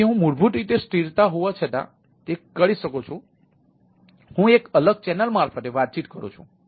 તેથી હું મૂળભૂત રીતે સ્થિરતા હોવા છતાં તે કરી શકું છું હું એક અલગ ચેનલ મારફતે વાતચીત કરું છું